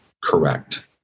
correct